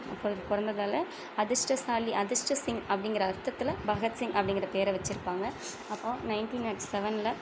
அப்பொழுது பிறந்ததால அதிர்ஷ்டசாலி அதிர்ஷ்ட சிங் அப்படிங்கிற அர்த்தத்தில் பகத்சிங் அப்படிங்கிற பேரை வச்சிருப்பாங்க அப்போது நைன்ட்டீன் நாட் செவன்ல